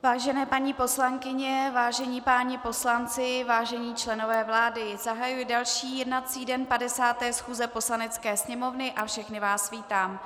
Vážené paní poslankyně, vážení páni poslanci, vážení členové vlády, zahajuji další jednací den 50. schůze Poslanecké sněmovny a všechny vás vítám.